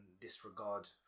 disregard